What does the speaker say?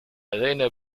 لدينا